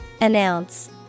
Announce